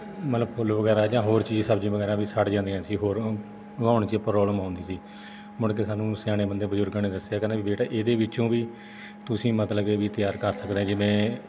ਮਤਲਬ ਫੁੱਲ ਵਗੈਰਾ ਜਾਂ ਹੋਰ ਚੀਜ਼ ਸਬਜ਼ੀਆਂ ਵਗੈਰਾ ਵੀ ਸੜ ਜਾਂਦੀਆਂ ਸੀ ਹੋਰ ਉਗਾਉਣ 'ਚ ਪ੍ਰੋਬਲਮ ਆਉਂਦੀ ਸੀ ਮੁੜ ਕੇ ਸਾਨੂੰ ਸਿਆਣੇ ਬੰਦੇ ਬਜ਼ੁਰਗਾਂ ਨੇ ਦੱਸਿਆ ਕਹਿੰਦੇ ਵੀ ਬੇਟਾ ਇਹਦੇ ਵਿੱਚੋਂ ਵੀ ਤੁਸੀਂ ਮਤਲਬ ਕੇ ਵੀ ਤਿਆਰ ਕਰ ਸਕਦੇ ਜਿਵੇਂ